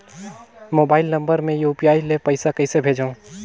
Mobile number मे UPI ले पइसा कइसे भेजवं?